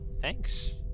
Thanks